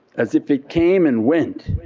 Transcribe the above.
as if it came and went